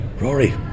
Rory